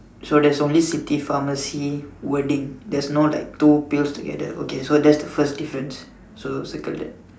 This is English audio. so there's only city pharmacy wording there's no like two pills together okay so that's the first difference so circle that